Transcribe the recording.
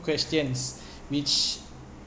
questions which